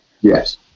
Yes